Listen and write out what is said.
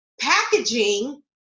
packaging